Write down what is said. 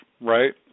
right